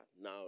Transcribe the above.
now